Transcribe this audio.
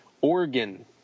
Oregon